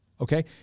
okay